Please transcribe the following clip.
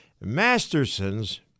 Masterson's